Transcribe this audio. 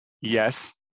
Yes